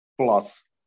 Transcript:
plus